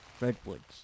redwoods